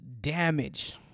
damage